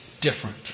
different